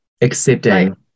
Accepting